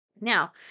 Now